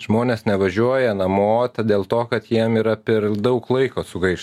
žmonės nevažiuoja namo dėl to kad jiem yra per daug laiko sugaiš